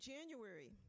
January